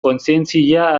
kontzientzia